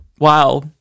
Wow